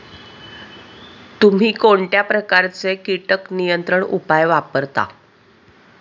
तुम्ही कोणत्या प्रकारचे कीटक नियंत्रण उपाय वापरता?